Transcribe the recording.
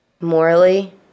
Morally